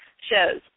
shows